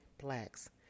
Blacks